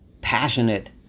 passionate